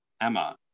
Emma